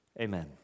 amen